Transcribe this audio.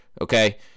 Okay